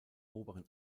oberen